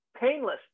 painless